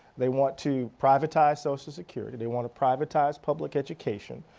they want to privatize social security. they want to privatize public education.